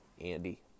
Andy